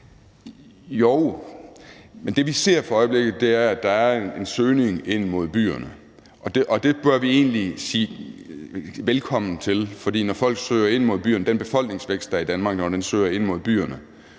Jo, men det, vi ser for øjeblikket, er, at der er en søgning ind mod byerne, og det bør vi egentlig sige velkommen til, for når den befolkningstilvækst, der er i Danmark, søger ind mod byerne,